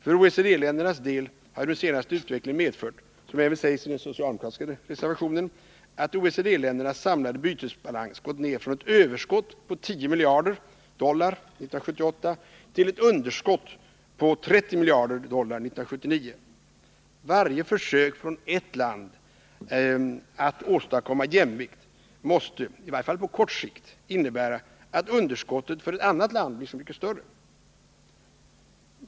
För OECD-ländernas del har den senaste utvecklingen medfört, som även sägs i den socialdemokratiska reservationen, att dessa länders samlade bytesbalans gått ner från ett överskott på 10 miljarder dollar 1978 till ett underskott på 30 miljarder dollar 1979. Varje försök från ett land att åstadkomma jämvikt måste, i varje fall på kort sikt, innebära att underskottet för ett annat land blir så mycket större.